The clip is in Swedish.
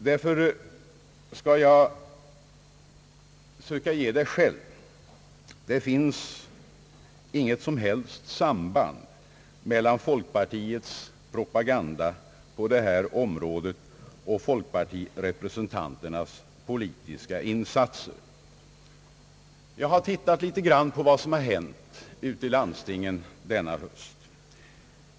Därför skall jag försöka ge svaret själv. Det finns inte något som helst samband mellan folkpartiets propaganda på detta område och folkpartirepresentanternas politiska insatser. Jag har sett litet på vad som har hänt ute i landstingen denna höst.